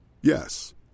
Yes